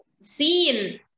seen